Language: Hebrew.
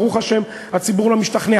ברוך השם, הציבור לא משתכנע.